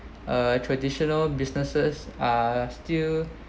uh traditional businesses are still